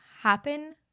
happen